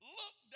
look